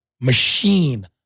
machine